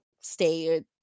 stay